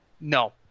No